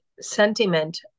sentiment